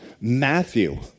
Matthew